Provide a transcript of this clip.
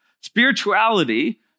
Spirituality